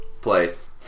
place